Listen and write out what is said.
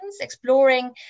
exploring